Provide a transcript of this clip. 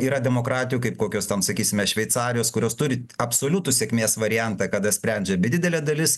yra demokratijų kaip kokios ten sakysime šveicarijos kurios turi absoliutų sėkmės variantą kada sprendžia bet didelė dalis